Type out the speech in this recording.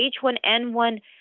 H1N1